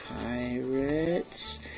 Pirates